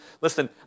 Listen